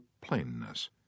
plainness